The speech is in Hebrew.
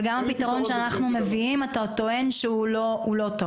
ואתה טוען שהפתרון שאנחנו מביאים הוא לא טוב.